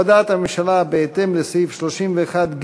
הודעת הממשלה, בהתאם לסעיף 31(ג)